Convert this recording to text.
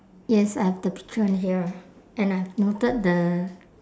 yes I have the picture here and I've noted the